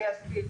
אני אסביר.